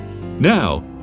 Now